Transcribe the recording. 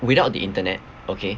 without the internet okay